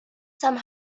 some